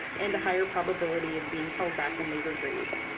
and a higher probability of being held back in later grades.